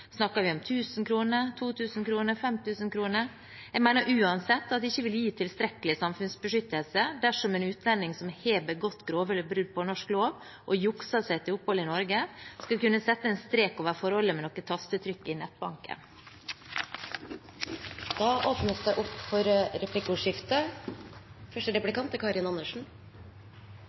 Snakker vi om 1 000 kr, 2 000 kr, 5 000 kr? Jeg mener uansett at det ikke vil gi tilstrekkelig samfunnsbeskyttelse dersom en utlending som har begått grove brudd på norsk lov og jukset seg til opphold i Norge, skulle kunne sette en strek over forholdet med noen tastetrykk i nettbanken. Det blir replikkordskifte. I hovedsak tenker vi nok at det ikke er